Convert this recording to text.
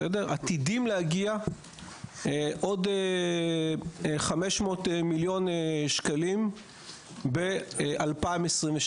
עתידים להגיע עוד 500 מיליון שקלים ב-2023.